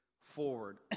forward